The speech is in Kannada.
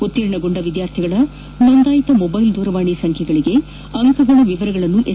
ಉತ್ತೀರ್ಣಗೊಂಡ ವಿದ್ಯಾರ್ಥಿಗಳ ನೋಂದಾಯತ ಮೊಬೈಲ್ ದೂರವಾಣಿ ಸಂಖ್ಯೆಗೆ ಅಂಕಗಳ ವಿವರವನ್ನು ಎಸ್